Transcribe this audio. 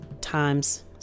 times